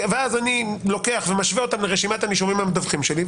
ואז אני לוקח ומשווה אותם לרשימת הנישומים המדווחים שלי.